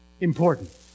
important